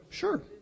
Sure